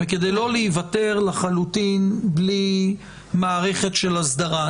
וכדי לא להיוותר לחלוטין בלי מערכת של הסדרה.